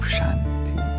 Shanti